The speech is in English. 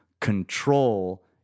control